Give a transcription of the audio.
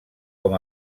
com